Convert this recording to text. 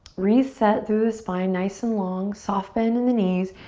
reset through the spine nice and long. soft bend in the knees.